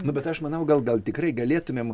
nu bet aš manau gal gal tikrai galėtumėm